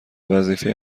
وظیفه